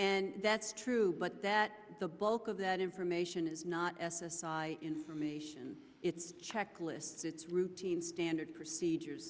and that's true but that the bulk of that information is not s s i information it's a checklist it's routine standard procedures